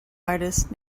artist